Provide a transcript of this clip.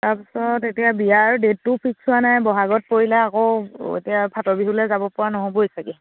তাৰ পিছত এতিয়া বিয়াৰো ডেটটো ফিক্স হোৱা নাই বহাগত পৰিলে আকৌ এতিয়া ফাটৰ বিহুলৈ যাব পৰা নহ'বই চাগৈ